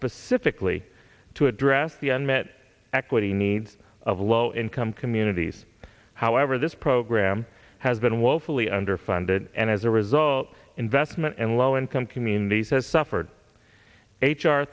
specifically to address the unmet equity needs of low income communities however this program has been woefully underfunded and as a result investment and low income communities has suffered h